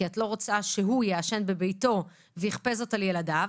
כי את לא רוצה שהוא יעשן בביתו יכפה זאת על ילדיו,